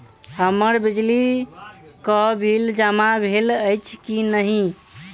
हम्मर बिजली कऽ बिल जमा भेल अछि की नहि?